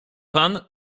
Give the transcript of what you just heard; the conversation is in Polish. pan